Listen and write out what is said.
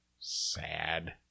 sad